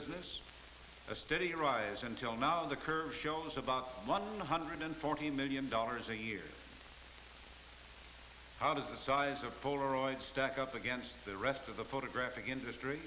business a steady rise until now the curve shows about one hundred and forty million dollars a year how does the size of polaroid stack up against the rest of the photographic industry